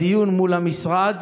בדיון מול המשרד?